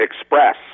Express